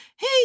hey